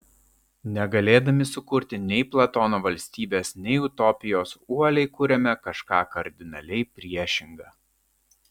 negalėdami sukurti nei platono valstybės nei utopijos uoliai kuriame kažką kardinaliai priešinga